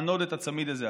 לענוד את הצמיד הזה.